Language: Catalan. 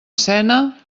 cena